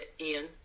Ian